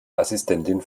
assistentin